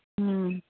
ᱦᱮᱸ